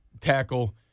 tackle